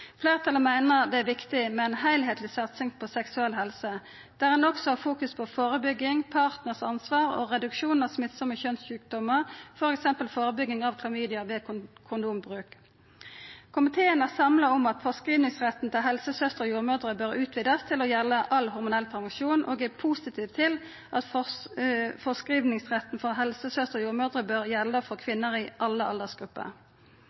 Fleirtalet meiner det er viktig med ei heilskapleg satsing på seksuell helse, der ein også har fokus på førebygging, partneransvar og reduksjon av smittsame kjønnssjukdomar, f.eks. førebygging av Klamydia ved kondombruk. Komiteen er samla om at forskrivingsretten til helsesøstrer og jordmødrer bør utvidast til å gjelda all hormonell prevensjon, og er positiv til at forskrivingsretten for helsesøstrer og jordmødrer bør gjelda for kvinner i alle aldersgrupper.